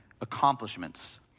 accomplishments